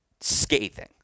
scathing